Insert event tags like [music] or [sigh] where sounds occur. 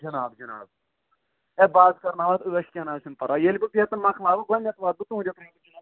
جِناب جِناب ہے بہٕ حظ کَرناوتھ ٲش کیٚنٛہہ نہَ حظ چھُنہٕ پَرواے ییٚلہِ بہٕ ییٚتہِ مۅکلاوٕ گۄڈنٮ۪تھ واتہٕ بہٕ تُہٕنٛدِس [unintelligible]